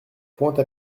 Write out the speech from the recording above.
pointe